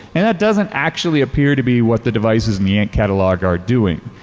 and that doesn't actually appear to be what the devices in the ant catalog are doing.